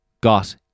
got